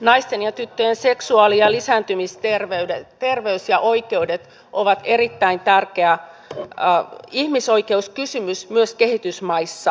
naisten ja tyttöjen seksuaali ja lisääntymisterveys ja oikeudet ovat erittäin tärkeä ihmisoikeuskysymys myös kehitysmaissa